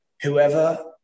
whoever